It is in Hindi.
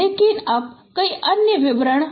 लेकिन अब कई अन्य विवरण हैं